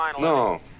No